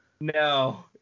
No